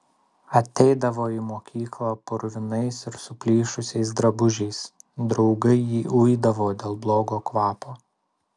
ateidavo į mokyklą purvinais ir suplyšusiais drabužiais draugai jį uidavo dėl blogo kvapo